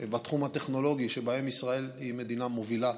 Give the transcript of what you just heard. בתחום הטכנולוגי שבהם ישראל היא מדינה מובילה,